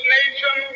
nation